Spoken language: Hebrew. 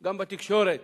גם בתקשורת